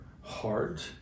heart